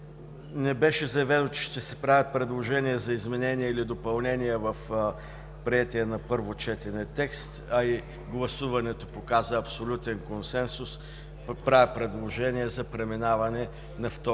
не беше заявено, че ще се правят предложения за изменение или допълнение в приетия на първо четене текст, а и гласуването показа абсолютен консенсус, правя предложение за преминаване на второ